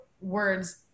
words